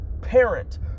parent